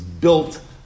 built